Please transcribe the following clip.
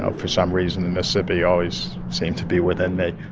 ah for some reason, the mississippi always seemed to be within me